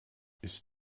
ist